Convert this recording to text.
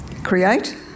create